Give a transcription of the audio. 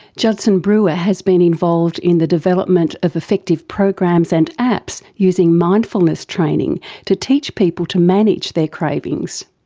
judson brewer has been involved in the development of effective programs and apps using mindfulness training to teach people to manage their cravings.